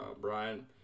Brian